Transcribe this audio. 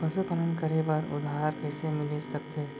पशुपालन करे बर उधार कइसे मिलिस सकथे?